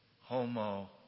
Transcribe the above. Homo